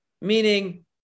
Meaning